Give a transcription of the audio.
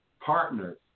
partners